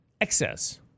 excess